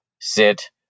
sit